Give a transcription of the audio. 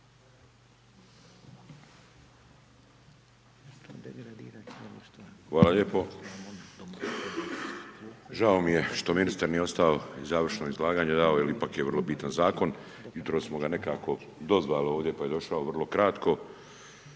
Hvala lijepo. Žao mi je što ministar nije ostao na završno izlaganje jer ovo je vrlo bitan zakon. Jutros smo nekako dozvali ovdje pa je došao vrlo kratko.